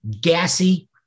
gassy